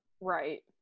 Right